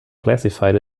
classified